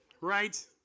Right